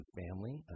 family